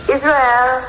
Israel